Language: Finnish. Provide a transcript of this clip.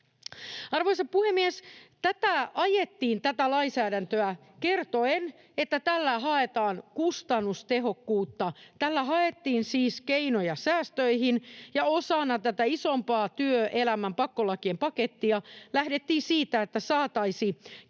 Arvoisa puhemies! Tätä lainsäädäntöä ajettiin kertoen, että tällä haetaan kustannustehokkuutta. Tällä haettiin siis keinoja säästöihin. Ja osana tätä isompaa työelämän pakkolakien pakettia lähdettiin siitä, että saataisiin